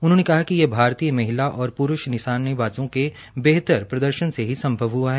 उन्होंने कहा कि यह भारतीय महिला और प्रूष निशानेबाज़ों के बेहतर प्रदर्शन से ही संभव हुआ है